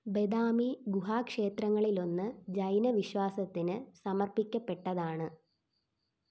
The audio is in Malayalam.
ബദാമി ഗുഹാ ക്ഷേത്രങ്ങളിലൊന്ന് ജൈന വിശ്വാസത്തിന് സമർപ്പിക്കപ്പെട്ടതാണ്